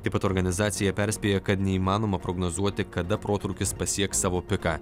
taip pat organizacija perspėja kad neįmanoma prognozuoti kada protrūkis pasieks savo piką